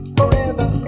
forever